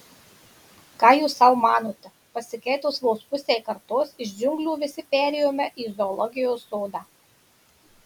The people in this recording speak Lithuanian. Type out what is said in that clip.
ką jūs sau manote pasikeitus vos pusei kartos iš džiunglių visi perėjome į zoologijos sodą